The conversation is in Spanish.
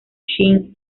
shin